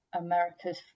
America's